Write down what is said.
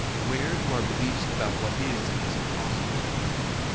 where do our beliefs about what is and isn't possible come from?